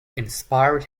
inspired